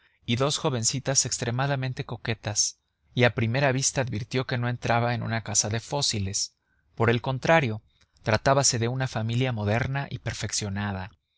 y dos jovencitas extremadamente coquetas y a primera vista advirtió que no entraba en una casa de fósiles por el contrario tratábase de una familia moderna y perfeccionada